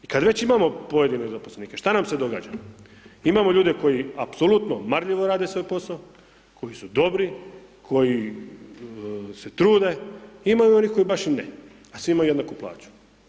I kad već imamo pojedine zaposlenike šta nam se događa, imamo ljude koji apsolutno marljivo rade svoj posao, koji su dobri, koji se trude, ima i onih koji baš i ne, a svi imaju jednaku plaću.